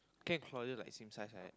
Claire and Claudia like same size right